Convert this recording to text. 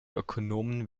ökonomen